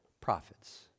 prophets